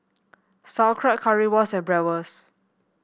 Sauerkraut Currywurst and Bratwurst